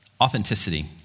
authenticity